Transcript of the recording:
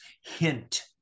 hint